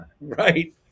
Right